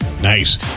Nice